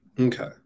Okay